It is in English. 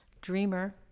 dreamer